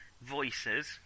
voices